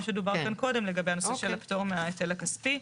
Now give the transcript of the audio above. מה שדובר כאן קודם לגבי הנושא של הפטור מההיטל הכספי.